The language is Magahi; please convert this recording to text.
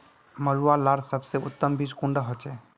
मरुआ लार सबसे उत्तम बीज कुंडा होचए?